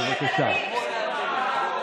לגברים ביום שישי.